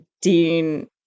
Dean